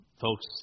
folks